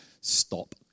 Stop